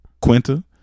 Quinta